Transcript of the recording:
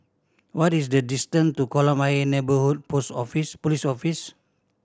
what is the distant to Kolam Ayer Neighbourhood Post Office Police Office